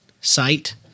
site